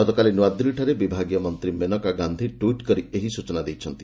ଗତକାଲି ନୂଆଦିଲ୍ଲୀଠାରେ ବିଭାଗୀୟ ମନ୍ତ୍ରୀ ମେନକା ଗାନ୍ଧୀ ଟ୍ସିଟ୍ କରି ଏହି ସୂଚନା ଦେଇଛନ୍ତି